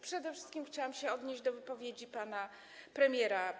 Przede wszystkim chciałam się odnieść do wypowiedzi pana premiera.